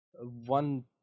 One